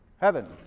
Heaven